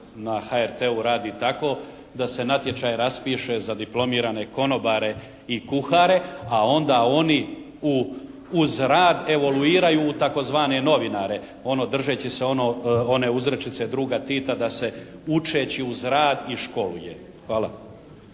na HRT-u radi tako da se natječaj raspiše za diplomirane konobare i kuhare, a onda oni uz rad evoluiraju u tzv. novinare, ono držeći se one uzrečice druga Tita da se učeći uz rad i školuje. Hvala.